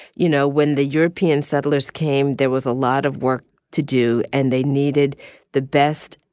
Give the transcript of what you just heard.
you know, when the european settlers came, there was a lot of work to do. and they needed the best,